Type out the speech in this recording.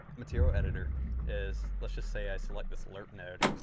material editor is, let's just say i select this lerp node.